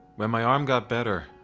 when my arm got better,